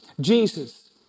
Jesus